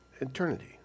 Eternity